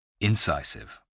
Incisive